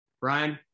Brian